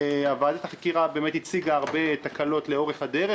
ועדת החקירה באמת הציגה הרבה תקלות לאורך הדרך,